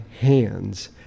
hands